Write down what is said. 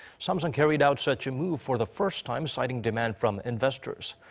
samsung carried out such a move for the first time, citing demand from investors.